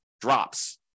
drops